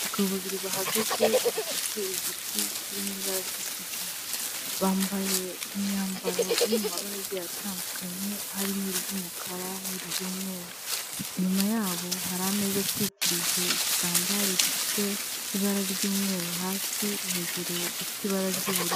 Abagabo babiri bahagaze bafashe igiti kiri mu ibara ry'ikigina bambaye imyambaro iri mu mabara agiye atandukanye harimo iry'umukara n'iry'umweru, inyuma yabo hari ameza atwikirije igitambaro gifite ibara ry'umweru hasi, hejuru ifite ibara ry'ubururu.